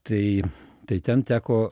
tai tai ten teko